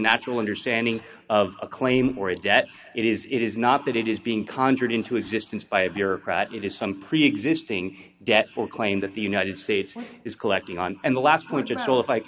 natural understanding of a claim or a debt it is it is not that it is being conjured into existence by a bureaucrat it is some preexisting debt for claim that the united states is collecting on and the last